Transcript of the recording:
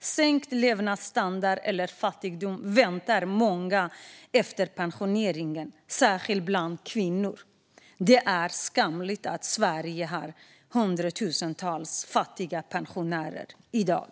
Sänkt levnadsstandard eller fattigdom väntar många efter pensioneringen, särskilt bland kvinnor. Det är skamligt att Sverige har hundratusentals fattiga pensionärer i dag.